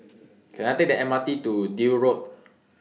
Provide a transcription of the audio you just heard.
Can I Take The M R T to Deal Road